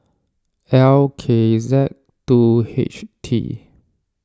L K Z two H T